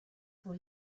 for